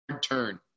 turn